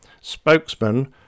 Spokesman